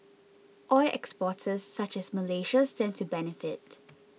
oil exporters such as Malaysia stand to benefit